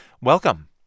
Welcome